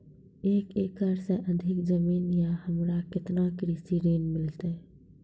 एक एकरऽ से अधिक जमीन या हमरा केतना कृषि ऋण मिलते?